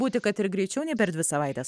būti kad ir greičiau nei per dvi savaites